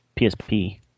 PSP